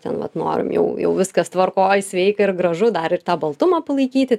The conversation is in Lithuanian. ten vat norim jau jau viskas tvarkoj sveika ir gražu dar ir tą baltumą palaikyti